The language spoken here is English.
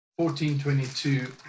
1422